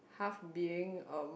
half being um